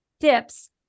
tips